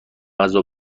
غذا